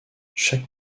chaque